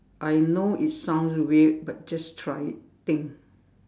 I know it sounds weird but just try it thing